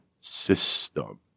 system